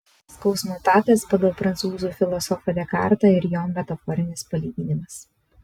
skausmo takas pagal prancūzų filosofą dekartą ir jo metaforinis palyginimas